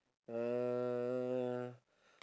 uh